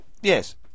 Yes